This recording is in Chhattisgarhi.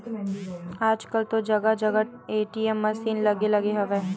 आजकल तो जगा जगा ए.टी.एम मसीन लगे लगे हवय